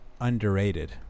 underrated